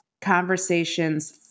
conversations